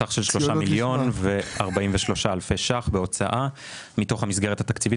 בסך של 3,043,000 ₪ בהוצאה מתוך המסגרת התקציבית